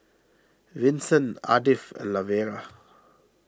Vinson Ardith and Lavera